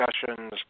discussions